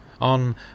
On